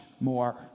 more